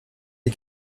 les